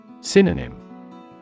Synonym